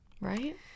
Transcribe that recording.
Right